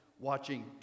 watching